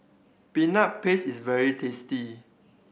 Peanut Paste is very tasty